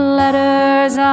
letters